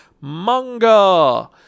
manga